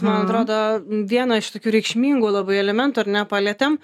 man atrodo vieną iš tokių reikšmingų labai elementų ar ne palietėm